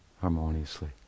harmoniously